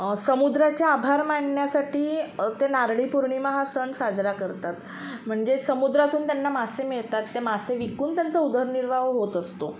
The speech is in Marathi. समुद्राचे आभार मानण्यासाठी ते नारळी पूर्णिमा हा सण साजरा करतात म्हणजे समुद्रातून त्यांना मासे मिळतात ते मासे विकून त्यांचा उदरनिर्वाह होत असतो